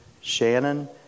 Shannon